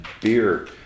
Beer